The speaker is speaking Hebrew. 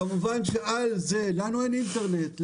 כמובן שעל זה, לנו אין אינטרנט.